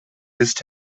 ist